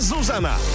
Zuzana